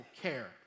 Care